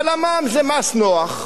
אבל המע"מ זה מס נוח,